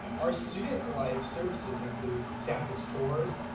our student life services include campus tours,